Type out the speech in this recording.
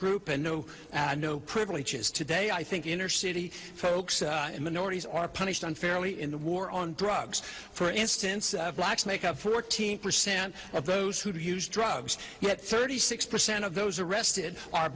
group and no privileges today i think inner city folks minorities are punished unfairly in the war on drugs for instance blacks make up fourteen percent of those who use drugs yet thirty six percent of those arrested are